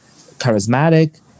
charismatic